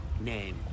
name